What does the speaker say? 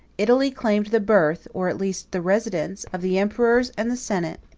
italy claimed the birth, or at least the residence, of the emperors and the senate.